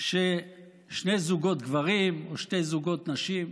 של שני זוגות גברים או שני זוגות נשים.